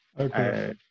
okay